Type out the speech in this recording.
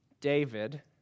David